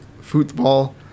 football